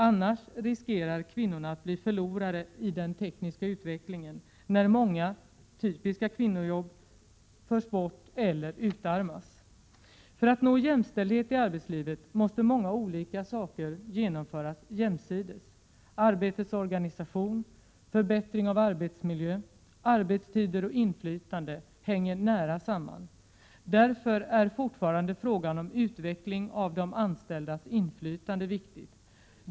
Annars riskerar kvinnorna att bli förlorare i den tekniska utvecklingen, när många typiska kvinnojobb förs bort eller utarmas. För att nå jämställdhet i arbetslivet måste många olika saker genomföras jämsides. Arbetets organisation, förbättring av arbetsmiljön, arbetstider och inflytande hänger nära samman. Därför är fortfarande frågan om utveckling av de anställdas inflytande viktig.